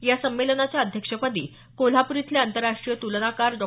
या संमेलनाच्या अध्यक्षपदी कोल्हापूर इथले आंतरराष्ट्रीय तुलनाकार डॉ